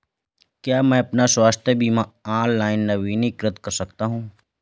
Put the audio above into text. क्या मैं अपना स्वास्थ्य बीमा ऑनलाइन नवीनीकृत कर सकता हूँ?